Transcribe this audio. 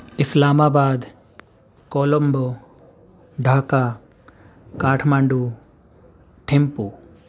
اسلام آباد کولمبو ڈھاکا کاٹھ مانڈو ٹھمپو